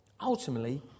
ultimately